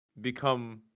become